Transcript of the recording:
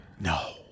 No